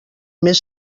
més